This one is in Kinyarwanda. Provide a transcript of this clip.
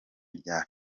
rya